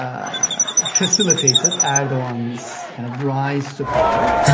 facilitated erdogan's kind of rise to power.